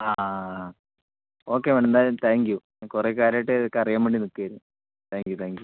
ആ okay madam എന്തായാലും thank you ഞാൻ കുറെ കാലമായിട്ട് ഇതൊക്കെയറിയാൻവേണ്ടി നിൽക്കുവായിരുന്നു താങ്ക്യൂ താങ്ക്യൂ